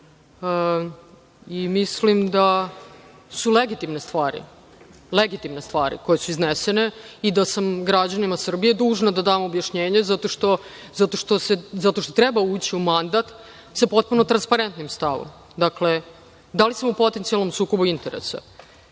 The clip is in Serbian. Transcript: Mislim da su legitimne stvari koje su iznesene i da sam građanima Srbije dužna da dam objašnjenje zato što treba ući u mandat sa potpuno transparentnim stavom. Dakle, da li smo u potencijalnom sukobu interesa?